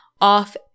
off